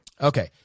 Okay